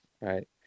right